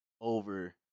over